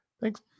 Thanks